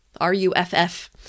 R-U-F-F